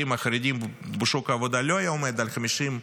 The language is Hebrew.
החרדים בשוק העבודה לא היה עומד על 50%,